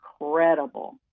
incredible